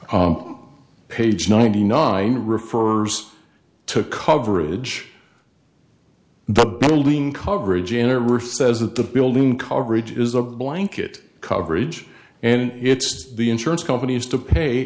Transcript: it page ninety nine refers to coverage the building coverage in or rich says that the building coverage is a blanket coverage and it's the insurance companies to pay